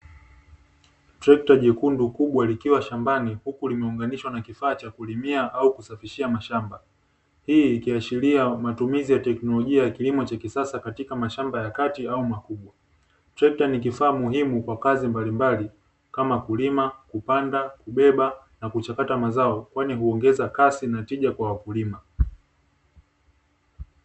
Trekta jekundu kubwa likiwa shambani huku limeunganishwa na kifaa cha kulimia au kusafishia mashamba. Hii ikiashiria matumizi ya teknolojia ya kilimo cha kisasa katika mashamba ya kati au makubwa. Trekta ni kifaa muhimu kwa kazi mbalimbali kama: kulima, kupanda, kubeba na kuchakata mazao; kwani huongeza kasi na tija kwa wakulima.